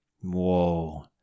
Whoa